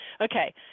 Okay